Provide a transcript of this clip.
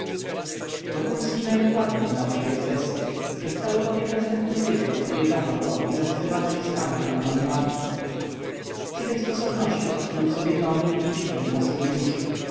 brawo wokulski najdokładniej znał przebieg sesyi przez cały bowiem następny tydzień odwiedzano go i zasypywano listami lub anonimami przy tej sposobności odkrył w sobie nowy i dziwny nastrój duszy